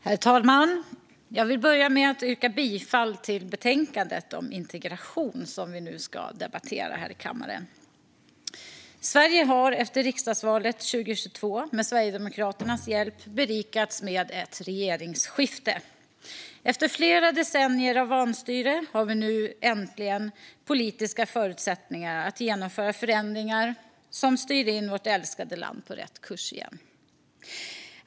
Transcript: Herr talman! Jag vill börja med att yrka bifall till förslaget i betänkandet om integration som vi nu ska debattera här i kammaren. Sverige har efter riksdagsvalet 2022 med Sverigedemokraternas hjälp berikats med ett regeringsskifte. Efter flera decennier av vanstyre har vi nu äntligen politiska förutsättningar att genomföra förändringar som styr in vårt älskade land på rätt kurs igen.